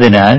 അതിനാൽ